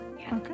Okay